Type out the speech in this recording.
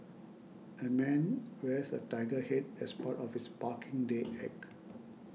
a man wears a tiger head as part of his Parking Day act